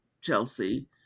Chelsea